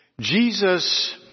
Jesus